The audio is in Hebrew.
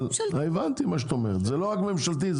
מכרז ממשלתי.